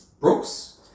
Brooks